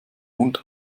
hund